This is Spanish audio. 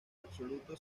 absoluto